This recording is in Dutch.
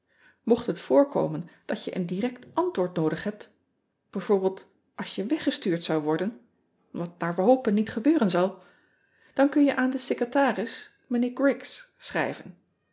ocht het voorkomen dat je een direct antwoord noodig hebt b v als je weggestuurd zou worden wat naar we hopen niet gebeuren zal dan kun je aan den secretaris ijnheer riggs schrijven